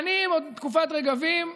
שנים, עוד מתקופת רגבים,